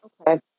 Okay